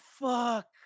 fuck